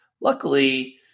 luckily